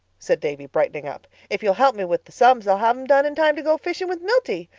said davy, brightening up. if you help me with the sums i'll have em done in time to go fishing with milty.